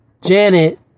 Janet